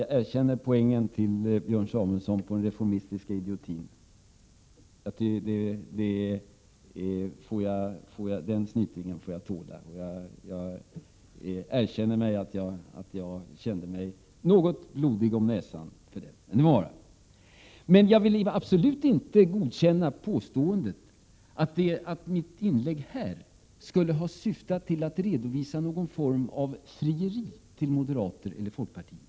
Jag erkänner poängen när det gäller den reformistiska idiotin. Den snytingen får jag tåla. — Prot. 1987/88:101 Jag erkänner dock att jag känner mig något blodig om näsan för den. 15 april 1988 Däremot vill jag absolut inte godkänna påståendet om att mitt inlägg här skulle ha syftat till att redovisa någon form av frieri till moderater och folkpartister.